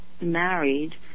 married